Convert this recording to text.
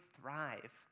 thrive